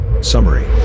Summary